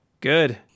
Good